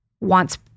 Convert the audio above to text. wants